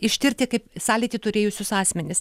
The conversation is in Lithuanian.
ištirti kaip sąlytį turėjusius asmenis